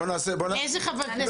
לאיזה חבר כנסת שלחתם?